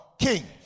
King